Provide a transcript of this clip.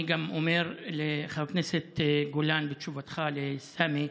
אני גם אומר לחבר הכנסת גולן בתשובתך לסמי,